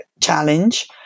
challenge